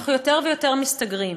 אנחנו יותר ויותר מסתגרים.